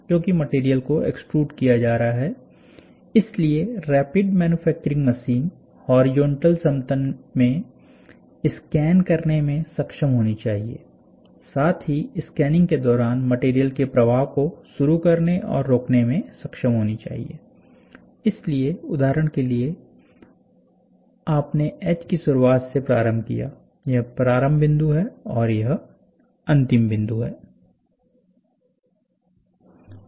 क्योंकि मटेरियल को एक्स्ट्रूड किया जा रहा है इसलिए रैपिड मैन्युफैक्चरिंग मशीन हॉरिजॉन्टल समतल में स्कैन करने में सक्षम होनी चाहिए साथ ही स्कैनिंग के दौरान मटेरियल के प्रवाह को शुरू करने और रोकने में सक्षम होनी चाहिए इसलिए उदाहरण के लिए आपने एच की शुरुआत से प्रारंभ किया यह प्रारंभ बिंदु है और यह अंतिम बिंदु है